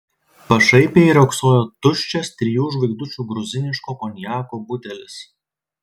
pašaipiai riogsojo tuščias trijų žvaigždučių gruziniško konjako butelis